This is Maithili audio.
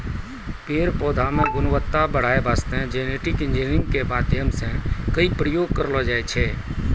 पेड़ पौधा मॅ गुणवत्ता बढ़ाय वास्तॅ जेनेटिक इंजीनियरिंग के माध्यम सॅ कई प्रयोग करलो जाय छै